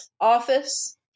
office